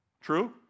true